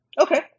Okay